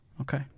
Okay